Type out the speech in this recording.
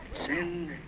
Send